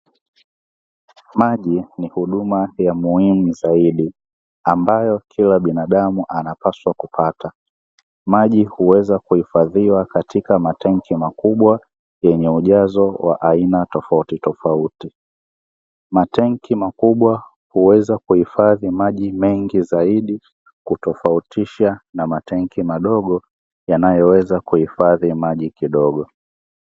Maji ni huduma ya muhimu zaidi, ambayo kila binadamu anapaswa kupata. Maji huweza kuhifadhiwa katika matenki makubwa yenye ujazo wa aina tofautitofauti. Matenki makubwa huweza kuhifadhi maji mengi zaidi kutofautisha na matenki madogo yanayoweza kuhifadhi maji kidogo.